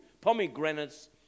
pomegranates